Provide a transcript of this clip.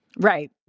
Right